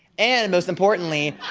and most importantly,